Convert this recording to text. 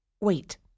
Wait